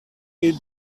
eat